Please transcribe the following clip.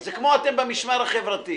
זה כמו אתם במשמר החברתי.